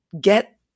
get